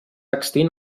extint